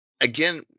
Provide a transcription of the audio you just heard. again